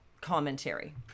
commentary